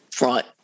Right